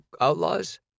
outlaws